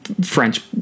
french